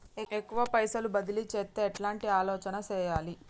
ఎక్కువ పైసలు బదిలీ చేత్తే ఎట్లాంటి ఆలోచన సేయాలి?